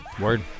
Word